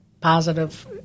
positive